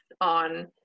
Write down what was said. on